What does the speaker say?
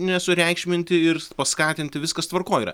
nesureikšminti ir paskatinti viskas tvarkoj yra